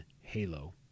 Halo